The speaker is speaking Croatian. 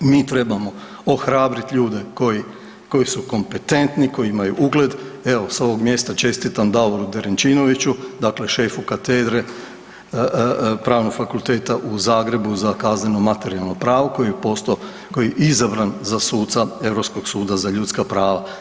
Mi trebamo ohrabriti ljude koji su kompetentni, koji imaju ugled, evo, s ovog mjesta čestitam Davoru Derenčinoviću, dakle šefu Katedre Pravnog fakulteta u Zagrebu za kazneno materijalno pravo koji je postao, koji je izabran za suca Europskog suda za ljudska prava.